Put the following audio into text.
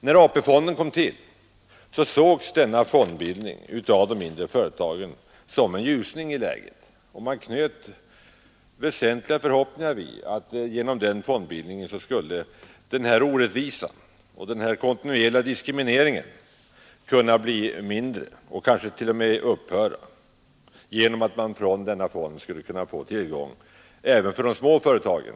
När AP-fonden kom till sågs denna fondbildning av de mindre företagen som en ljusning i läget, och man knöt väsentliga förhoppningar till att orättvisan och den kontinuerliga diskrimineringen av småföretag skulle bli mindre, kanske t.o.m. upphöra, genom att denna fond kunde ge tillgång till långa krediter även för de små företagen.